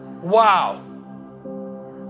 Wow